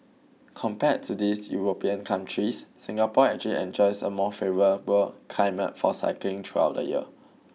compared to these European countries Singapore actually enjoys a more favourable climate for cycling throughout the year